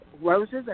roses